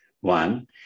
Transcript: One